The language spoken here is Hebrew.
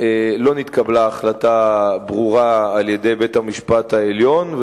לא נתקבלה החלטה ברורה על-ידי בית-המשפט העליון,